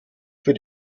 für